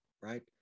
right